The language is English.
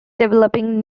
developing